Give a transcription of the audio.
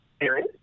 Aaron